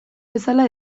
bezala